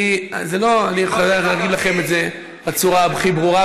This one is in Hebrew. אני חייב להגיד לכם את זה בצורה הכי ברורה,